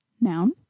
Noun